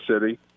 City